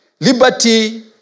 liberty